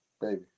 Baby